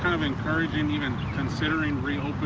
i'm encouraging even considering real